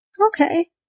Okay